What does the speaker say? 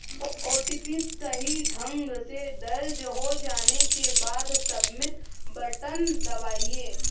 OTP सही ढंग से दर्ज हो जाने के बाद, सबमिट बटन दबाएं